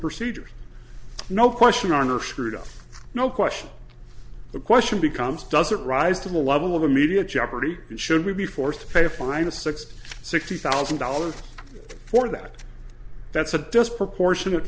procedures no question are screwed up no question the question becomes does it rise to the level of immediate jeopardy and should we be forced to pay a fine of sixty sixty thousand dollars for that that's a disproportionate